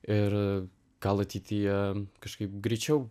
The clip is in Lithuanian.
ir gal ateityje kažkaip greičiau